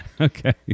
Okay